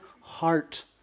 heart